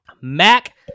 Mac